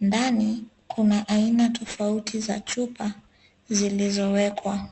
Ndani kuna aina tofauti za chupa zilizowekwa.